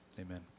amen